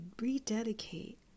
rededicate